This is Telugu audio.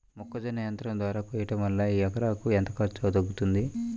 మొక్కజొన్న యంత్రం ద్వారా కోయటం వలన ఎకరాకు ఎంత ఖర్చు తగ్గుతుంది?